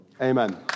Amen